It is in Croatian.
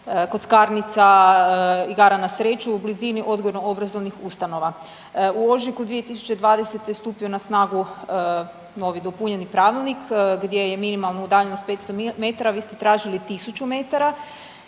kockarnica i igara na sreću u blizini odgojno-obrazovnih ustanova. U ožujku 2020. je stupio na snagu novi, dopunjeni pravilnik gdje je minimalna udaljenost 500 metara, vi ste tražili 1000 metara